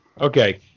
Okay